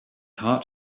heart